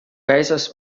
razors